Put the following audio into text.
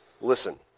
listen